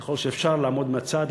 ככל שאפשר לעמוד מהצד,